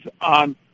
on